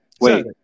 Wait